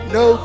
no